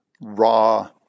raw